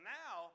now